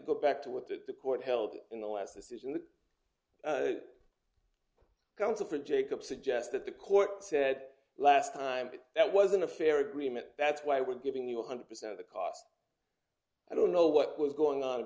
go back to what that the court held in the last decision the counsel for jacob suggests that the court said last time that wasn't a fair agreement that's why we're giving you one hundred percent of the cost i don't know what was going on in